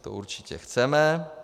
To určitě chceme.